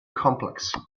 complex